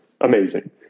amazing